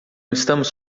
estamos